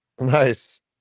Nice